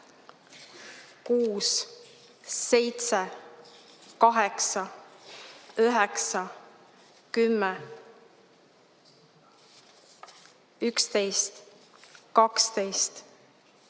6, 7, 8, 9, 10, 11, 12, 13,